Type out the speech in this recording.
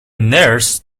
nurse